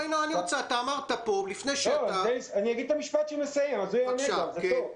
אני אגיד את המשפט המסיים והוא יענה גם.